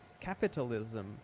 capitalism